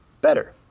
better